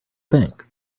bank